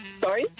Sorry